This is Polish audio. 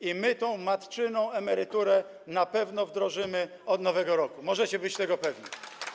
I my tę matczyną emeryturę na pewno wdrożymy od nowego roku, możecie być tego pewni.